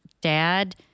dad